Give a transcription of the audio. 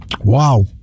Wow